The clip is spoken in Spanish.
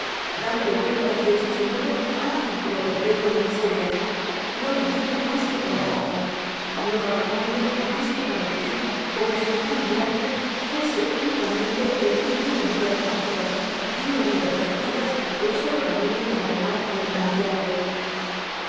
dando vueltas de dicho modo á un circulo perpétuo de miserias no viviendo mas que para trabajar no trabajando mas que para vivir como si el pan diario fuese únicamente el fin de una vida de fatigas y una vida de fatigas el solo camino para ganar el pan diario